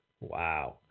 Wow